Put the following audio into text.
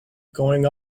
going